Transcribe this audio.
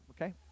okay